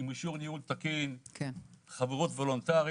אנחנו עמותה עם אישור ניהול תקין וחברות וולונטרית.